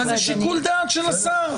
אבל זה שיקול דעת של השר.